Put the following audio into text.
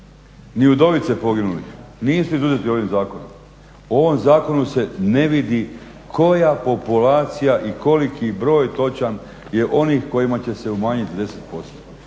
Ni udovice poginulih nisu izuzeti ovim zakonom. U ovom zakonu se ne vidi koja populacija i koliki broj točan je onih kojima će se umanjiti za 10%.